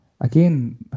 Again